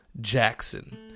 Jackson